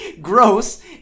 Gross